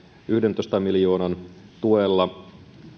yhdentoista miljoonan tuella